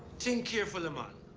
think carefully, man.